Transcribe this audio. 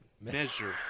Measure